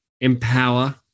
empower